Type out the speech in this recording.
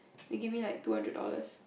they give me like two hundred dollars